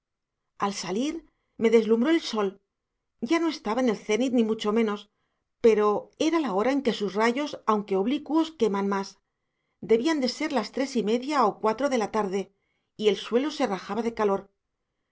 al salir me deslumbró el sol ya no estaba en el cenit ni mucho menos pero era la hora en que sus rayos aunque oblicuos queman más debían de ser las tres y media o cuatro de la tarde y el suelo se rajaba de calor